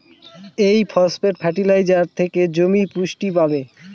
এই phosphate fertiliser থেকে জমি পুষ্টি পাবে